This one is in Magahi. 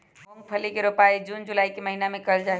मूंगफली के रोपाई जून जुलाई के महीना में कइल जाहई